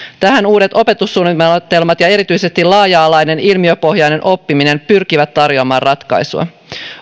tähän uudet opetussuunnitelmat ja erityisesti laaja alainen ilmiöpohjainen oppiminen pyrkivät tarjoamaan ratkaisua